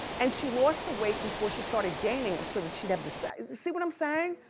and she lost the weight before she started gaining it so that she'd have the, see see what i'm saying?